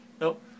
Nope